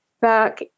back